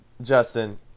Justin